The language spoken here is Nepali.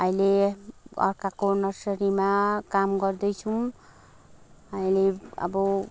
अहिले अर्काको नर्सरीमा काम गर्दैछौँ अहिले अब